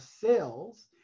cells